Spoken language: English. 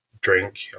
drink